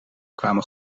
kwamen